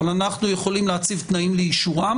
אבל אנחנו יכולים להציב תנאים לאישורן